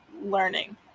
learning